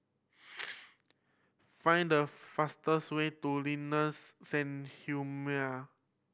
find the fastest way to Sanhemiao